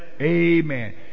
amen